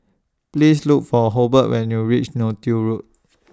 Please Look For Hobert when YOU REACH Neo Tiew Road